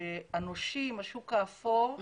ייתכן שאחת כזו לא תשב מאחורי סורג ובריח,